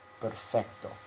Perfecto